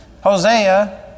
Hosea